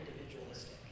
individualistic